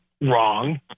wrong